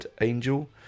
Angel